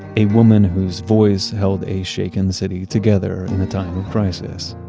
a woman whose voice held a shaken city together in the time of crisis.